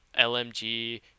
LMG